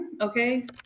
okay